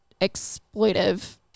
exploitive